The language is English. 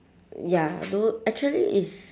ya though actually it's